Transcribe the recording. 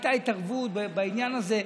הייתה התערבות בעניין הזה,